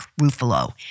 Ruffalo